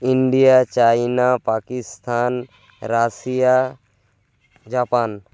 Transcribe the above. India China Pakistan Russia Japan